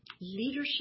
leadership